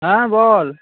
হ্যাঁ বল